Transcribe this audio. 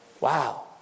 wow